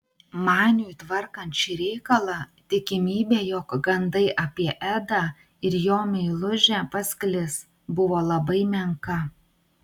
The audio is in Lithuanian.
maniui tvarkant šį reikalą tikimybė jog gandai apie edą ir jo meilužę pasklis buvo labai menka